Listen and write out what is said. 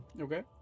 Okay